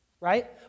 right